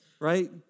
right